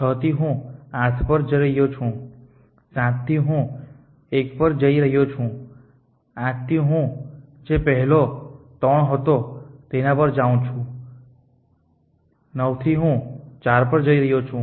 6 થી હું 8 પર જઈ રહ્યો છું 7 થી હું 1 પર જઈ રહ્યો છું 8 થી હું જે પેહલો 3 હતો તેના પર જાઉં છે 9 થી હું 4 પર જઈ રહ્યો છું